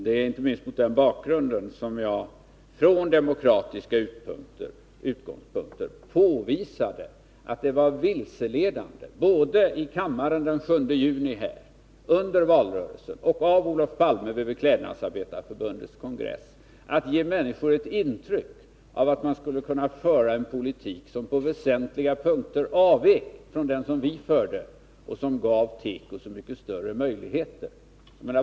Det är inte minst mot den bakgrunden som jag från demokratiska utgångspunkter påvisade att det var vilseledande både i kammaren den 7 juni, under valrörelsen och av Olof Palme under Beklädnadsarbetareförbundets kongress att ge människor ett intryck av att man skulle kunna föra en politik som på väsentliga punkter avvek från den vi förde och som gav teko så mycket större möjligheter.